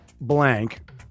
blank